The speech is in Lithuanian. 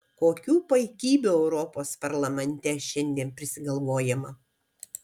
kokių paikybių europos parlamente šiandien prisigalvojama